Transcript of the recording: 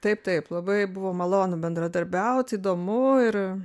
taip taip labai buvo malonu bendradarbiaut įdomu ir